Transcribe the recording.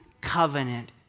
covenant